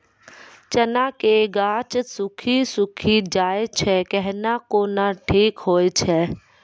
चना के गाछ सुखी सुखी जाए छै कहना को ना ठीक हो छै?